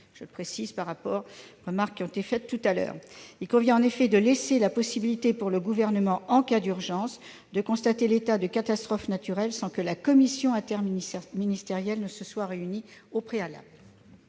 Je précise cela par rapport aux remarques formulées plus tôt. Il convient en effet de laisser la possibilité au Gouvernement, en cas d'urgence, de constater l'état de catastrophe naturelle sans que la commission interministérielle se soit réunie au préalable.